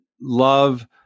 love